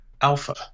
Alpha